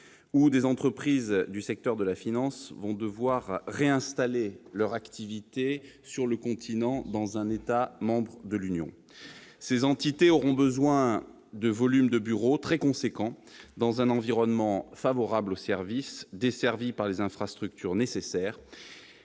-ou des entreprises du secteur de la finance, vont devoir réinstaller leur activité sur le continent, dans un État membre de l'Union. Ces entités auront besoin de volumes de bureaux très importants, dans un environnement favorable aux services, desservi par les infrastructures nécessaires